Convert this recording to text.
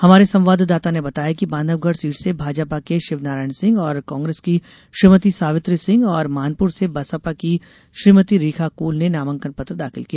हमारे संवाददाता ने बताया कि बांधवगढ सीट से भाजपा के शिवनारायण सिंह और कांग्रेस की श्रीमती सावित्री सिंह और मानपूर से बसपा की श्रीमती रेखा कोल ने नामांकन पत्र दाखिल किया